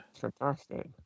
fantastic